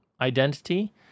identity